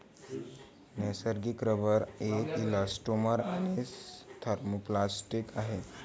नैसर्गिक रबर एक इलॅस्टोमर आणि थर्मोप्लास्टिक आहे